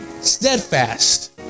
Steadfast